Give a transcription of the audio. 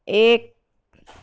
ایک